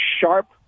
sharp